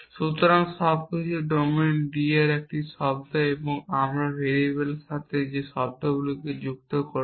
সুতরাং সবকিছুই domain D এর একটি শব্দ এবং আমরা ভেরিয়েবলের সাথে যে শব্দার্থবিদ্যাকে যুক্ত করব